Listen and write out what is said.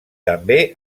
també